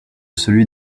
celui